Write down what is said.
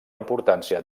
importància